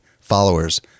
followers